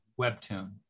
webtoon